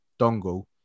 dongle